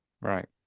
Right